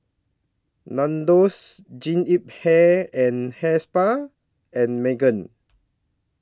Nandos Jean Yip Hair and Hair Spa and Megan